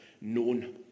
known